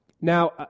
Now